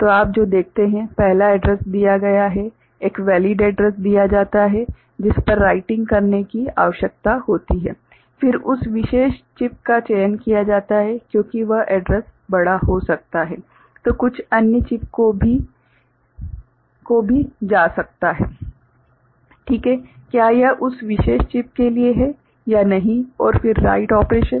तो आप जो देखते हैं पहला एड्रैस दिया गया है एक वेलिड एड्रैस दिया जाता है जिस पर राइटिंग करने की आवश्यकता होती है फिर उस विशेष चिप का चयन किया जाता है क्योंकि वह एड्रैस बड़ा हो सकता है तो कुछ अन्य चिप को भी जा सकता है ठीक है क्या यह उस विशिष्ट चिप के लिए है या नहीं और फिर राइट ऑपरेशन